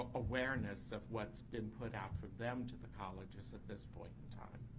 ah awareness of what's been put out from them to the colleges at this point in time.